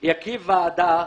שאם מקימים ועדה,